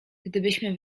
gdybyśmy